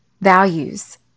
values